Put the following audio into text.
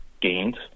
gains